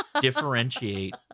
differentiate